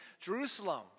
Jerusalem